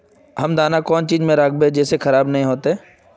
हम दाना कौन चीज में राखबे जिससे खराब नय होते?